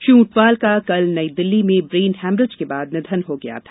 श्री ऊंटवाल का कल नई दिल्ली में ब्रेनहेमरेज के बाद निधन हो गया था